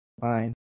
fine